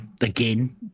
again